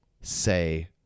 say